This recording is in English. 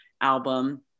album